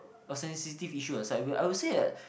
a sensitive issue aside we I would say that